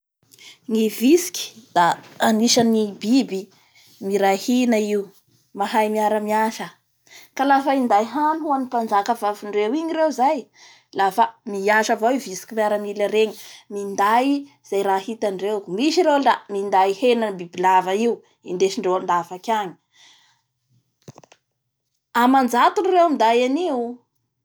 Ny vitsiky da anisany ny biby miray hina aio mahay miaramiasa ka lafa inday hany hoan'ny mpanajaka vavaindreo igny reo zay lafa miasa avao ioà vitsiky miaramila regny, minday izay raha hitandreo, misy reo la minday henam-bibilava io indesindreo andavaky angy amanajatony reo minday anio.